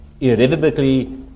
irrevocably